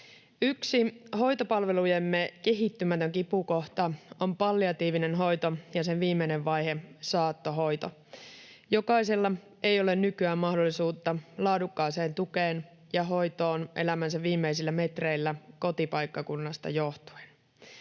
Yksi hoitopalvelujemme kehittymätön kipukohta on palliatiivinen hoito ja sen viimeinen vaihe, saattohoito. Jokaisella ei ole nykyään mahdollisuutta laadukkaaseen tukeen ja hoitoon elämänsä viimeisillä metreillä kotipaikkakunnasta johtuen.